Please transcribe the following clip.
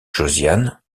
josiane